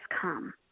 come